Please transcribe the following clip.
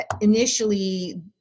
Initially